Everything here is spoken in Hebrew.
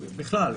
בכלל,